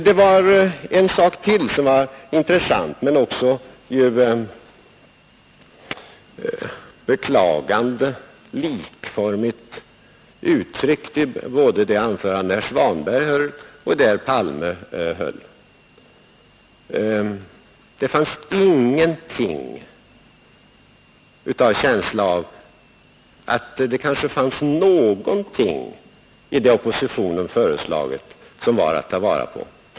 Det var ytterligare en sak som var intressant men också beklämmande likformigt uttryckt både i det anförande som herr Svanberg höll och i det som herr Palme höll. Dessa anföranden gav ingen som helst känsla av att det i oppositionens förslag kanske kunde finnas någonting som man kunde ta vara på.